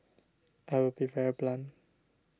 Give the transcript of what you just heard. I will be very blunt